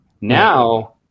Now